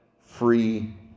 free